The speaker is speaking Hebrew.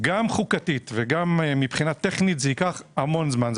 גם חוקתית וגם מבחינה טכנית, זה ייקח המון זמן.